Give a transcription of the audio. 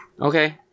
Okay